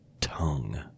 tongue